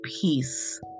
peace